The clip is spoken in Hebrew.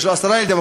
יש לו עשרה ילדים,